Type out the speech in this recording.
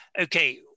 okay